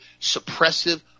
suppressive